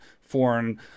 foreign